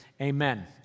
amen